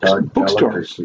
bookstore